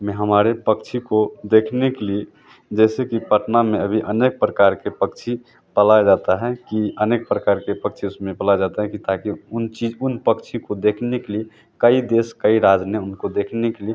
में हमारे पक्षी को देखने के लिए जैसे कि पटना में अभी अनेक प्रकार के पक्षी पलाए जाता है कि अनेक परकार के पक्षी उसमें पलाए जाते हैं कि ताकि उन चीज़ उन पक्षी को देखने के लिए कई देश कई राज्य ने उनको देखने के लिए